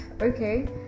Okay